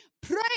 pray